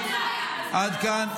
רגע, השר ארבל --- עד כאן.